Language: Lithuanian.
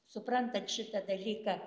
suprantat šitą dalyką